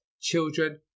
children